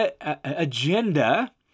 agenda